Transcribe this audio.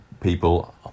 people